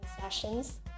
sessions